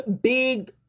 big